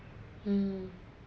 hmm